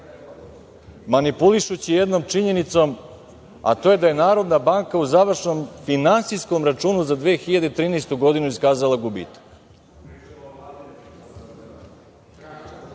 manipulišući jednom činjenicom, a to je da je Narodna banka u završnom finansijskom računu za 2013. godinu iskazala gubitak. Kada